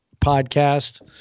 podcast